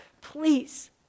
please